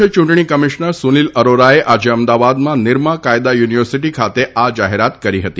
મુખ્ય યૂંટણી કમિશ્નર સુનિલ અરોરાએ આજે અમદાવાદમાં નિરમા કાયદા યુનિવર્સિટી ખાતે આ જાહેરાત કરી હતી